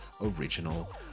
Original